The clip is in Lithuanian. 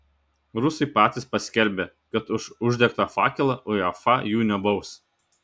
rusai patys paskelbė kad už uždegtą fakelą uefa jų nebaus